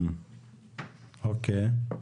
אוקי.